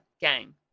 gang